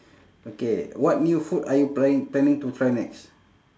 okay what new food are you planning planning to try next